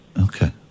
Okay